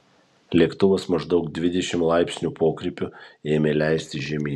lėktuvas maždaug dvidešimt laipsnių pokrypiu ėmė leistis žemyn